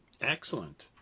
Excellent